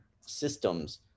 systems